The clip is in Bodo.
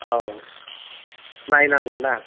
औ नायनांगोन ना